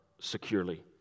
securely